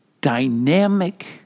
dynamic